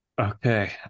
Okay